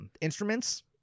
instruments